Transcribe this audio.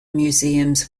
museums